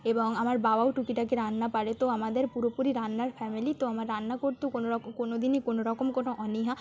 এবং আমার বাবাও টুকিটাকি রান্না পারে তো আমাদের পুরোপুরি রান্নার ফ্যামিলি তো আমার রান্না করতেও কোনো রক কোনো দিনই কোনো রকম কোনো অনীহা